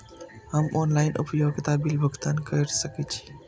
हम ऑनलाइन उपभोगता बिल भुगतान कर सकैछी?